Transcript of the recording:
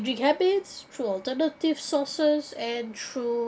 rehabits through alternative sources and through